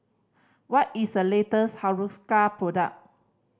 what is the latest Hiruscar product